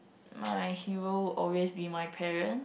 my hero always be my parent